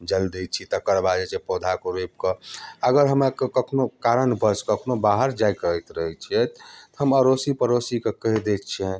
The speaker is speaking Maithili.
जल दै छियै तकर बाद जे छै पौधाके रोपिकऽ अगर हमरा कखनो कारणवश कखनो बाहर जाकऽ तऽ हम अड़ोसी पड़ोसीके कहि दै छियनि